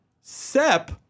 Sep